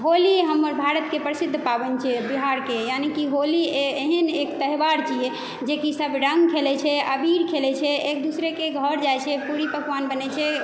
होली हमर भारतके प्रसिद्ध पावनि छियै बिहारके यानि कि होली ए एहन एक त्यौहार छियै जे कि सब रङ्ग खेलै छै अबीर खेलै छै एक दूसरेके घर जाइ छै पूरी पकवान बनै छै